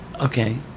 Okay